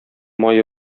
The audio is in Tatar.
мае